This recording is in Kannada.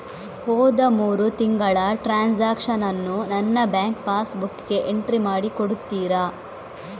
ಹೋದ ಮೂರು ತಿಂಗಳ ಟ್ರಾನ್ಸಾಕ್ಷನನ್ನು ನನ್ನ ಬ್ಯಾಂಕ್ ಪಾಸ್ ಬುಕ್ಕಿಗೆ ಎಂಟ್ರಿ ಮಾಡಿ ಕೊಡುತ್ತೀರಾ?